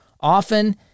often